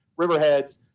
Riverheads